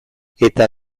eta